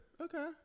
Okay